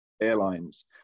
airlines